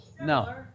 No